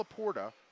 Laporta